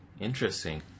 Interesting